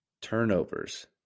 Turnovers